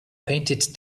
painted